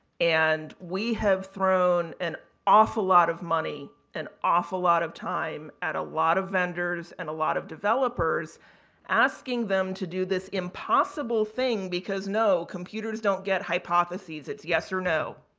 and, we have thrown an awful lot of money, an awful lot of time and a lot of vendors and a lot of developers asking them to do this impossible thing because, no, computers don't get hypotheses. it's yes or no.